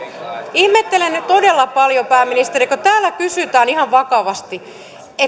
ihmettelen nyt todella paljon pääministeri täällä kysytään ihan vakavasti